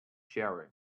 sharing